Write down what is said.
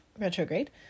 retrograde